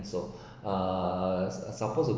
is uh supposed to